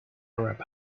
arab